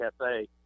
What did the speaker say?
cafe